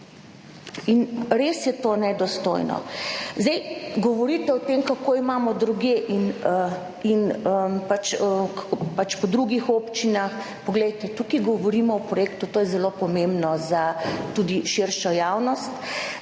res je to nedostojno. Zdaj govorite o tem kako imamo drugje in, in pač, pač po drugih občinah. Poglejte, tukaj govorimo o projektu, to je zelo pomembno za tudi širšo javnost,